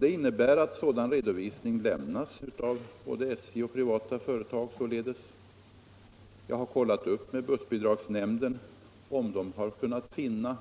Det innebär att sådan redovisning lämnas av både SJ och privata företag. Jag har kollat upp med bussbidragsnämnden om man där